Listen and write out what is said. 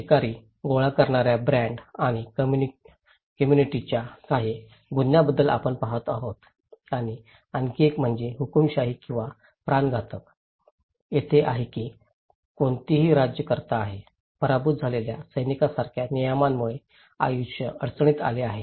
शिकारी गोळा करणार्या बँड किंवा कम्युनिस्टच्या काही गुन्ह्यांबद्दल आपण पाहतो आहोत आणि आणखी एक म्हणजे हुकूमशाही किंवा प्राणघातक येथे आहे की कोणीतरी राज्यकर्ता आहे पराभूत झालेल्या सैनिकांसारख्या नियमांमुळे आयुष्य अडचणीत आले आहे